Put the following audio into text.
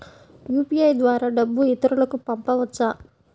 UPI ద్వారా డబ్బు ఇతరులకు పంపవచ్చ?